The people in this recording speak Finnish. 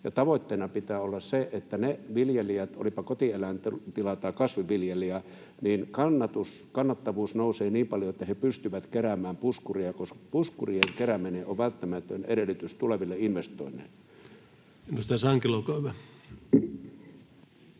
Tavoitteena pitää olla sen, että viljelijöiden, olipa kotieläintilallinen tai kasvinviljelijä, kannattavuus nousee niin paljon, että he pystyvät keräämään puskuria, koska puskurien kerääminen on välttämätön edellytys tuleville investoinneille.